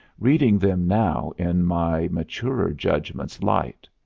reading them now in my maturer judgment's light.